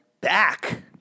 Back